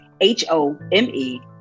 H-O-M-E